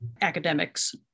academics